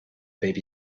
baby